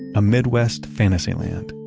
a midwest fantasy land,